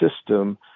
system